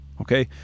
Okay